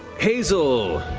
hazel,